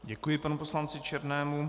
Děkuji panu poslanci Černému.